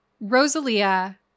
Rosalia